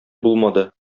булмады